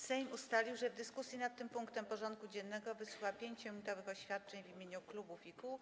Sejm ustalił, że w dyskusji nad tym punktem porządku dziennego wysłucha 5-minutowych oświadczeń w imieniu klubów i kół.